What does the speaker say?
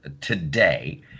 today